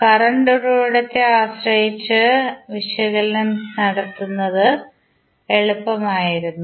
current ഉറവിടത്തെ ആശ്രയിച്ച് വിശകലനം നടത്തുന്നത് എളുപ്പമായിരുന്നു